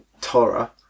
Torah